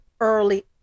early